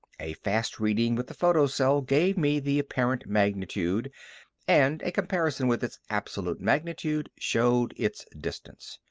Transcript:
a fast reading with the photocell gave me the apparent magnitude and a comparison with its absolute magnitude showed its distance.